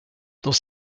dans